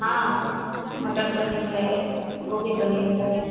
हाँ मटर पनीर है गोभी पनीर है